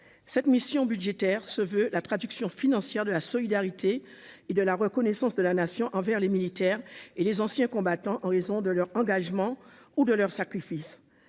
cette mission budgétaire se veut la traduction financière de la solidarité et de la reconnaissance de la nation envers les militaires et les anciens combattants en raison de leur engagement ou de leur sacrifice,